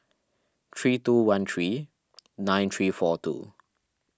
three two one three nine three four two